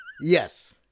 yes